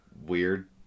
weird